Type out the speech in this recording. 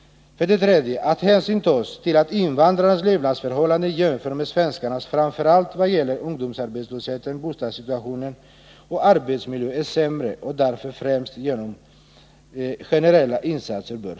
För det tredje bör man ta hänsyn till att invandrarnas levnadsförhållanden jämfört med svenskarnas, framför allt vad gäller ungdomsarbetslösheten, bostadssituationen och arbetsmiljön, är sämre och därför bör förbättras främst genom generella insatser.